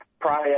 prior